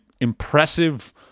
impressive